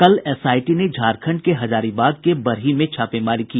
कल एसआईटी ने झारखंड के हजारीबाग के बरही में छापेमारी की